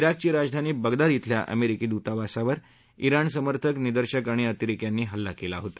जिकची राजधानी बगदाद खिल्या अमेरिकी दुतावासावर जिण समर्थक निदर्शक आणि अतिरेक्यांनी हल्ला केला होता